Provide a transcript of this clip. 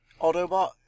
Autobot